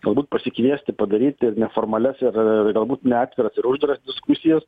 galbūt pasikviesti padaryti ir neformalias ir galbūt neatviras ir uždaras diskusijas